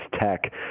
Tech